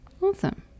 Awesome